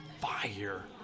fire